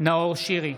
נאור שירי,